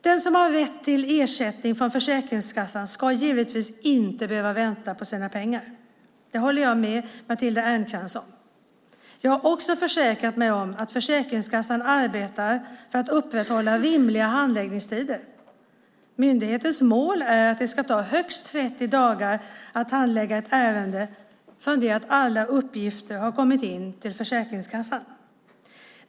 Den som har rätt till ersättning från Försäkringskassan ska givetvis inte behöva vänta på sina pengar. Det håller jag med Matilda Ernkrans om. Jag har också försäkrat mig om att Försäkringskassan arbetar för att upprätthålla rimliga handläggningstider. Myndighetens mål är att det ska ta högst 30 dagar att handlägga ett ärende från det att alla uppgifter har kommit in till Försäkringskassan.